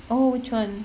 oh which [one]